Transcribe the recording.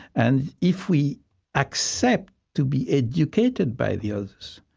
and if we accept to be educated by the others,